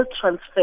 transfer